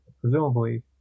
presumably